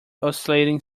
oscillating